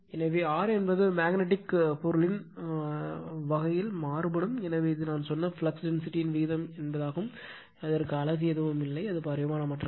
எனவே r என்பது magnetic பொருளின் வகையுடன் மாறுபடும் இது நான் சொன்ன ஃப்ளக்ஸ் டென்சிட்டியின் விகிதம் என்பதால் அதற்கு எந்த அலகு இல்லை அது பரிமாணமற்றது